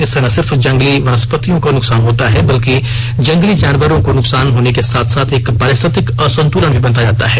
इससे न सिर्फ जंगली वनस्पतियों को नुकसान होता है बल्कि जंगली जानवरों को नुकसान होने के साथ साथ एक पारिस्थितिक असंतुलन भी बनता जाता है